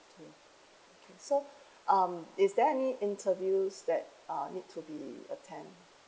so um is there any interviews that uh need to be attend